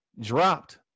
dropped